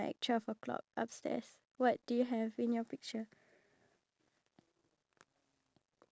because it's very like it's not sugar but it's it seems like it's high in sugar